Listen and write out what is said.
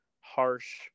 harsh